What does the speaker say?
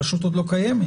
הרשות עוד לא קיימת.